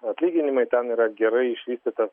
atlyginimai ten yra gerai išvystytas